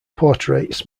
portraits